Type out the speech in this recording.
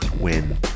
win